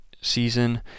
season